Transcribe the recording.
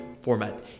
format